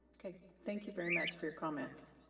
okay, thank you very much for your comments.